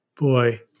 boy